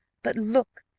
but look,